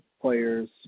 players